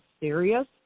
serious